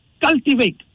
cultivate